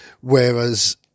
whereas